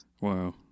wow